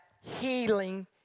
healing